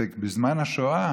ובזמן השואה